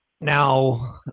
Now